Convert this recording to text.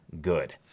good